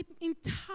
entire